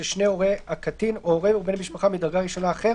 שני הורי הקטין או הורה ובן משפחה מדרגה ראשונה אחר,